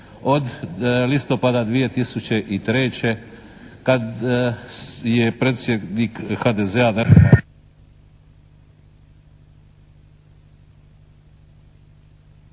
od listopada 2003. kad je predsjednik HDZ-a